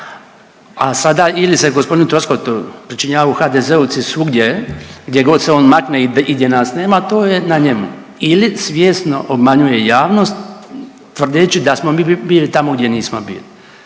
a sada ili se g. Troskotu pričinjavaju HDZ-ovci svugdje gdje god se on makne i gdje nas nema, to je na njemu ili svjesno obmanjuje javnost tvrdeći da smo mi bili tamo gdje nismo bili,